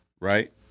right